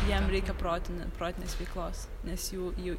jam reikia protinė protinės veiklos nes jų jų